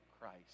Christ